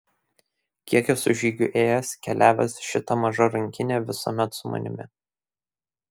kiek esu žygių ėjęs keliavęs šita maža rankinė visuomet su manimi